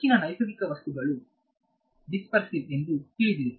ಹೆಚ್ಚಿನ ನೈಸರ್ಗಿಕ ವಸ್ತುಗಳು ಡಿಸ್ಪರ್ಸಿವ್ ಎಂದುತಿಳಿದಿದೆ